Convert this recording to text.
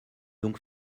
donc